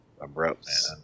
abrupt